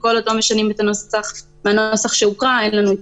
וכל עוד לא משנים את הנוסח שהוקרא אין לנו התייחסות.